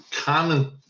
common